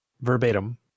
verbatim